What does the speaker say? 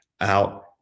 out